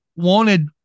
wanted